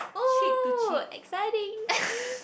oh exciting